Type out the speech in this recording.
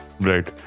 Right